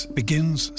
begins